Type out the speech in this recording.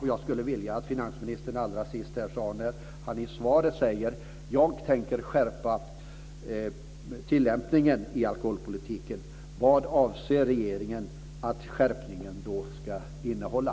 I svaret säger finansministern att han tänker skärpa tillämpningen av alkoholpolitiken. Vad avser regeringen att skärpningen ska innehålla?